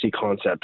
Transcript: concepts